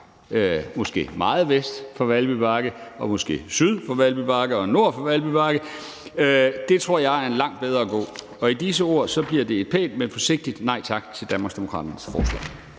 måske meget vest for Valby Bakke og måske syd for Valby Bakke og nord for Valby Bakke. Det tror jeg er en langt bedre vej at gå. Og med disse ord bliver det et pænt, men forsigtigt nej tak til Danmarksdemokraternes forslag.